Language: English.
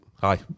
hi